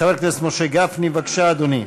חבר הכנסת משה גפני, בבקשה, אדוני.